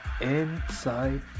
inside